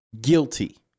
guilty